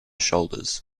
shoulders